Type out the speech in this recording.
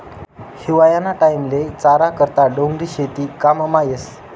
हिवायाना टाईमले चारा करता डोंगरी शेती काममा येस